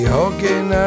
hugging